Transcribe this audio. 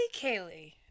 Kaylee